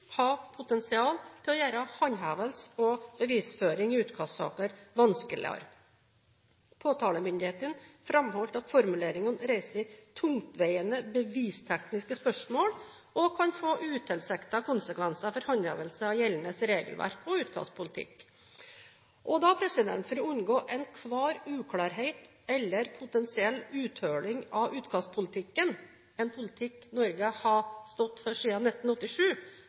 potensial til å gjøre håndhevelse og bevisføring i utkastsaker vanskeligere. Påtalemyndighetene framholdt at formuleringene reiser tungtveiende bevistekniske spørsmål og kan få utilsiktede konsekvenser for håndhevelsen av gjeldende regelverk og utkastpolitikk. For å unngå enhver uklarhet eller potensiell uthuling av utkastpolitikken, en politikk Norge har stått for siden 1987,